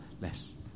less